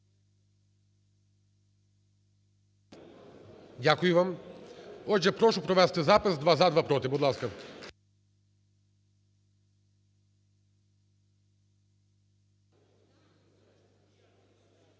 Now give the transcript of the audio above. Дякую вам. Отже, прошу провести запис: два - за, два - проти. Будь ласка.